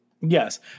Yes